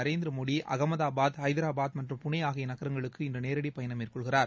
நரேந்திர மோடி அகமதாபாத் ஐதராபாத் மற்றும் புனே ஆகிய நகரங்களுக்கு நேரடி பயணம் மேற்கொள்கிறார்